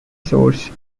source